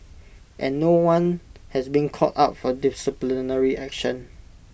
and no one has been called up for disciplinary action